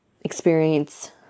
experience